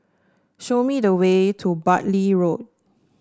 show me the way to Bartley Road